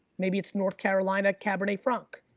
maybe it's north carolina cabernet franc,